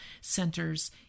centers